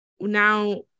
now